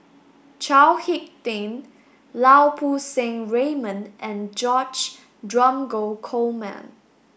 Chao Hick Tin Lau Poo Seng Raymond and George Dromgold Coleman